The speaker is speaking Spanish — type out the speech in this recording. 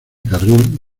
carril